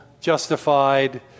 justified